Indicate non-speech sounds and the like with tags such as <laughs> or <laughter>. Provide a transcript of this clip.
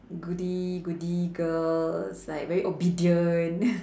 goody goody girls like very obedient <laughs>